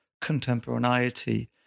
contemporaneity